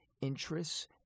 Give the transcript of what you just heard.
interests